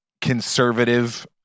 conservative